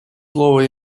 слово